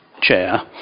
chair